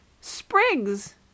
Sprigs